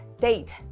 Date